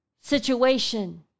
situation